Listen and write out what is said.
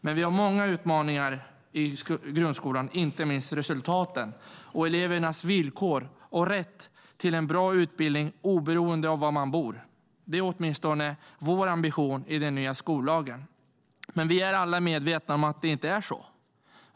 Men vi har många utmaningar i grundskolan, inte minst resultaten och elevernas villkor och rätt till en bra utbildning oberoende av var man bor - det är åtminstone ambitionen i den nya skollagen. Men vi är alla medvetna om att det inte är så.